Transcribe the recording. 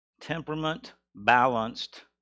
temperament-balanced